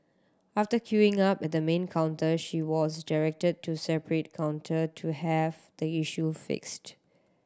after queuing up at the main counter she was directed to separate counter to have the issue fixed